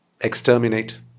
exterminate